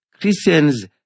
Christians